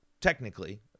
technically